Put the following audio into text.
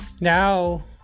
Now